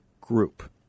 group